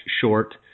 short